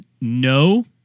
no